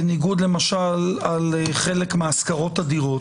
בניגוד לשוק השכרות הדירות,